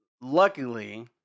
luckily